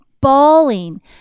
bawling